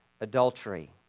adultery